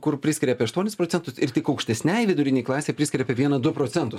kur priskiria apie aštuonis procentus ir tik aukštesnei vidurinei klasei priskiria apie vieną du procentus